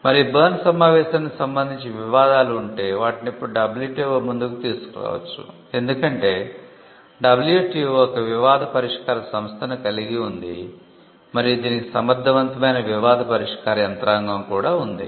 మరియు బెర్న్ సమావేశానికి సంబంధించి వివాదాలు ఉంటే వాటిని ఇప్పుడు WTO ముందుకు తీసుకురావచ్చు ఎందుకంటే WTO ఒక వివాద పరిష్కార సంస్థను కలిగి ఉంది మరియు దీనికి సమర్థవంతమైన వివాద పరిష్కార యంత్రాంగం ఉంది